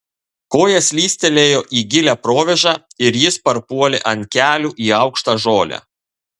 koja slystelėjo į gilią provėžą ir jis parpuolė ant kelių į aukštą žolę